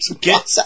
get